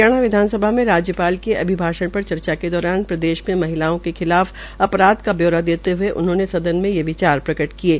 हरियाणा विधानसभा में राज्यपाल के अभिभाषण पर चर्चा के दौरान प्रदेश में महिलायों के खिलाफ़ अपराध का ब्यौरा देते हुए उन्होंने सदन में यह विचार प्रगट किये